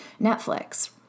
Netflix